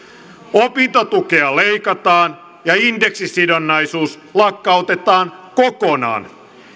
opintotukea leikataan ja indeksisidonnaisuus lakkautetaan kokonaan